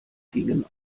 gingen